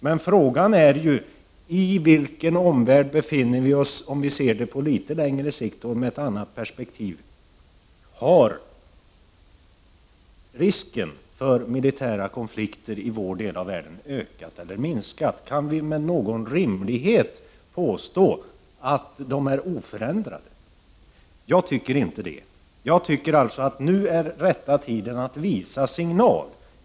Men frågan är ju: I vilken omvärld befinner vi oss, om vi ser den på litet längre sikt och med ett annat perspektiv? Har risken för militära konflikter i vår del av världen ökat eller minskat? Kan vi med någon rimlighet påstå att den är oförändrad? Jag tycker inte det. Jag anser att nu är rätta tiden att visa signal.